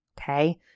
Okay